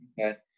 Okay